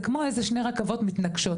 זה כמו איזה שתי רכבות שמתנגשות.